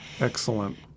Excellent